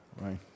Right